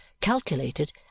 calculated